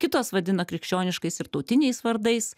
kitos vadina krikščioniškais ir tautiniais vardais